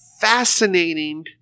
fascinating